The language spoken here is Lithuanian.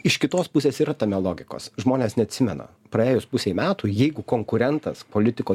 iš kitos pusės yra tame logikos žmonės neatsimena praėjus pusei metų jeigu konkurentas politiko